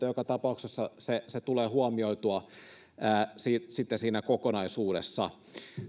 joka tapauksessa se se tulee huomioitua sitten siinä kokonaisuudessa